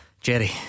Jerry